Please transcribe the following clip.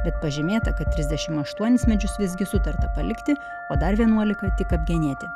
bet pažymėta kad trisdešim aštuonis medžius visgi sutarta palikti o dar vienuolika tik apgenėti